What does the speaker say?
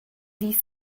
these